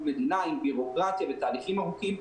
מדינה עם בירוקרטיה ותהליכים ארוכים.